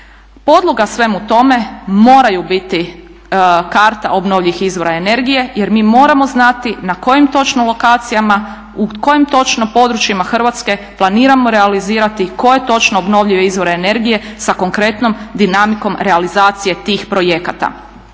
Podloga svemu tome moraju biti karta obnovljivih izvora energije, jer mi moramo znati na kojim točno lokacijama, u kojim točno područjima Hrvatske planiramo realizirati i koje točno obnovljive izvore energije sa konkretnom dinamikom realizacije tih projekata.